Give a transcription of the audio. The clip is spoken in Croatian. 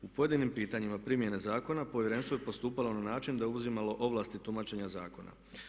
U pojedinim pitanjima primjene zakona Povjerenstvo je postupalo na način da je uzimalo ovlasti tumačenja zakona.